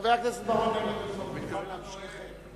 חבר הכנסת בר-און, אתה מתכוון להמשיך?